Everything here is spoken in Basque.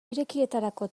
irekietarako